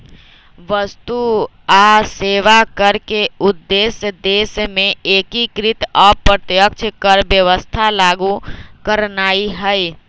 वस्तु आऽ सेवा कर के उद्देश्य देश में एकीकृत अप्रत्यक्ष कर व्यवस्था लागू करनाइ हइ